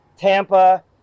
Tampa